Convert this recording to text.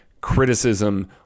criticism